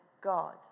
God